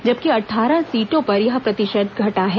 जबकि अट्ठारह सीटों पर यह प्रतिशत घटा है